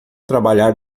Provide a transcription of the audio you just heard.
trabalhar